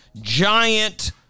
giant